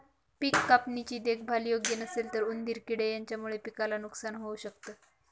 पिक कापणी ची देखभाल योग्य नसेल तर उंदीर किडे यांच्यामुळे पिकाला नुकसान होऊ शकत